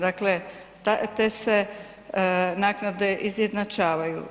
Dakle, te se naknade izjednačavaju.